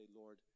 Lord